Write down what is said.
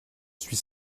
suis